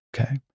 Okay